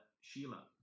Sheila